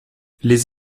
les